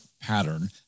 pattern